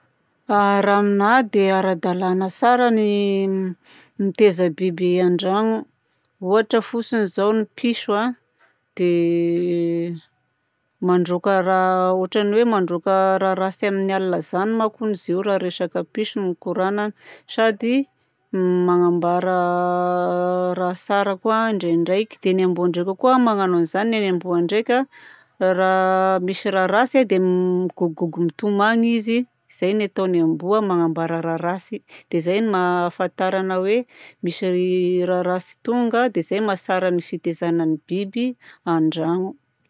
Raha aminahy dia ara-dalàna tsara ny mitaiza biby an-dragno. Ohatra fotsiny zao ny piso a dia mandroaka raha, ohatra ny hoe mandroaka raha amin'ny aligna zany manko hono izy io raha resaka piso no ikoragnana, sady magnambara raha tsara koa ndraindraiky. Dia ny amboa ndraika koa magnano an'izany. Ny an'ny amboa ndraika raha misy raha ratsy a dia m- migogogogo mitomany izy. Izay no ataon'ny amboa, magnambara raha ratsy, dia zay no ma ahafantarana hoe misy raha ratsy tonga. Dia zay no mahatsara ny fitaizagna ny biby andragno.